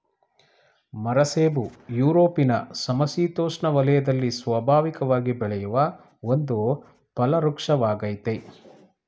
ಮರಸೇಬು ಯುರೊಪಿನ ಸಮಶಿತೋಷ್ಣ ವಲಯದಲ್ಲಿ ಸ್ವಾಭಾವಿಕವಾಗಿ ಬೆಳೆಯುವ ಒಂದು ಫಲವೃಕ್ಷವಾಗಯ್ತೆ